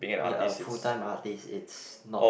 ya a full time artiste it's not